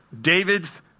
David's